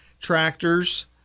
tractors